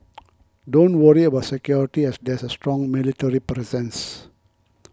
don't worry about security as there's a strong military presence